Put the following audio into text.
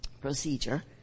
procedure